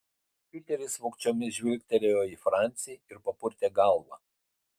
piteris vogčiomis žvilgtelėjo į francį ir papurtė galvą